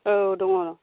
औ दङ